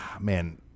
man